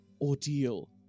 ordeal